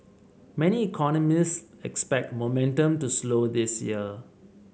many economists expect momentum to slow this year